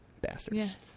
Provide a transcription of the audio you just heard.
Bastards